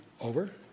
over